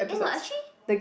eh no actually